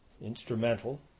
instrumental